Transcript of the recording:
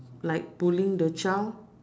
like pulling the child